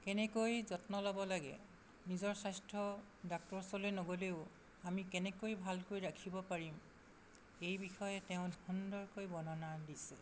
কেনেকৈ যত্ন ল'ব লাগে নিজৰ স্বাস্থ্য ডাক্তৰৰ ওচৰলৈ নগ'লেও আমি কেনেকৈ ভালকৈ ৰাখিব পাৰিম এই বিষয়ে তেওঁ সুন্দৰকৈ বৰ্ণনা দিছে